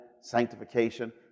sanctification